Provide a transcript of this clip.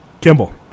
Kimball